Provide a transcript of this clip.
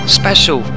special